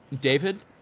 David